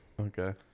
okay